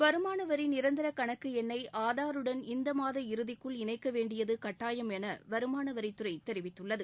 வருமானவரி நிரந்தர கணக்கு எண்ணை ஆதாருடன் இந்த மாத இறுதிக்குள் இணைக்கவேண்டியது கட்டாயம் என வருமானவரித்துறை தெரிவித்துள்ளது